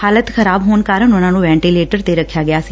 ਹਾਲਤ ਖ਼ਰਾਬ ਹੋਣ ਕਾਰਨ ਉਨੂਾ ਨੂੰ ਵੈਟੀਲੈਟਰ ਤੇ ਰਖਿਆ ਗਿਆ ਸੀ